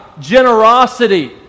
generosity